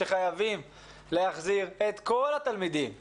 שחייבים להחזיר את כל התלמידים ללמוד,